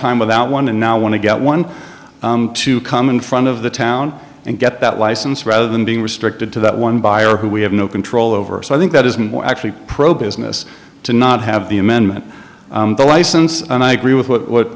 time without one and now want to get one to come in front of the town and get that license rather than being restricted to that one buyer who we have no control over so i think that isn't actually pro business to not have the amendment the license and i agree with what